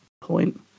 point